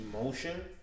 emotion